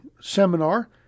seminar